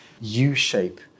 U-shape